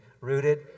Rooted